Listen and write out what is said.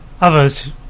others